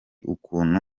ukuntu